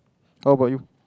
how about you